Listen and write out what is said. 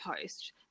post